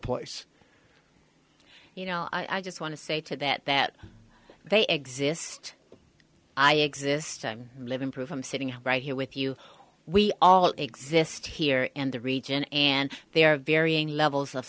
place you know i just want to say to that that they exist i exist i'm living proof i'm sitting right here with you we all exist here in the region and there are varying levels of